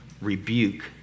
Rebuke